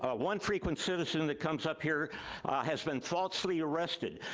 ah one frequent citizen that comes up here has been falsely arrested.